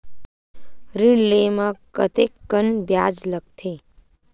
ऋण ले म कतेकन ब्याज लगथे?